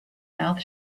mouth